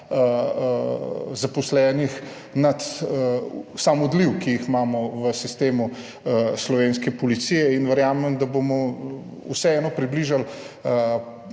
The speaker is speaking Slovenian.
zaposlenih nad odliv, ki ga imamo v sistemu slovenske policije. Verjamem, da bomo vseeno približali